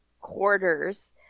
quarters